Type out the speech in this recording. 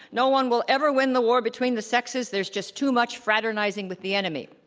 no one will ever win the war between the sexes. there's just too much fraternizing with the enemy.